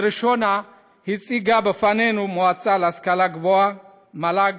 לראשונה הציגה בפנינו המועצה להשכלה גבוהה, מל"ג,